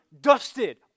dusted